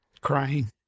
crying